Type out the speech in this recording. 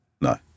No